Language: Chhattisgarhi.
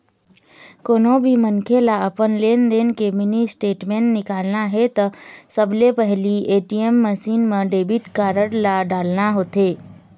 कोनो भी मनखे ल अपन लेनदेन के मिनी स्टेटमेंट निकालना हे त सबले पहिली ए.टी.एम मसीन म डेबिट कारड ल डालना होथे